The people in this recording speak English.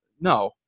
No